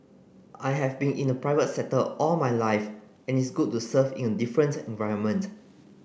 I have been in the private sector all my life and it's good to serve in a different environment